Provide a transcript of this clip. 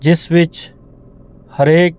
ਜਿਸ ਵਿੱਚ ਹਰੇਕ